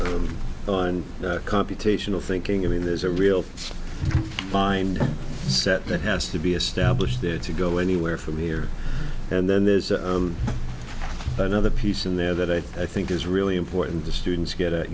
on computational thinking i mean there's a real bind set that has to be established there to go anywhere from here and then there's another piece in there that i think is really important to students get